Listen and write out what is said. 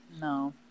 No